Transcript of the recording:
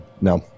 no